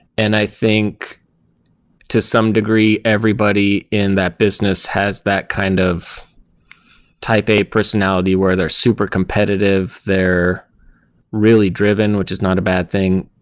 and i think to some degree, everybody in that business has that kind of type a personality where they're super competitive, they're really driven, which is not a bad thing.